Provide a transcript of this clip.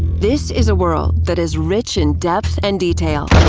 this is a world that is rich in depth and detail,